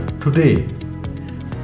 Today